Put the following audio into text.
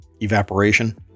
evaporation